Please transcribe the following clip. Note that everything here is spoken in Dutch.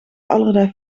allerlei